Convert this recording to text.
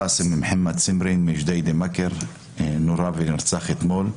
קאסם מחמד סמרי מג'דיידה מכר נורה ונרצח אתמול,